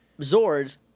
Zords